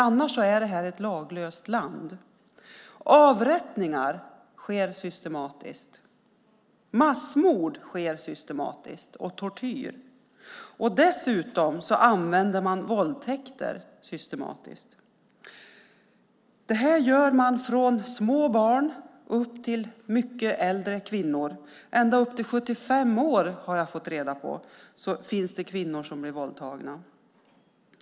Annars är detta ett laglöst land. Avrättningar sker systematiskt. Massmord och tortyr sker systematiskt. Dessutom använder man våldtäkter systematiskt. Det är allt från små barn till mycket äldre kvinnor som utsätts för våldtäkt. Jag har fått reda på att kvinnor som är 75 år har blivit våldtagna.